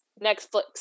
netflix